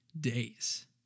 days